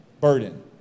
burden